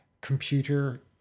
computer